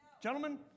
gentlemen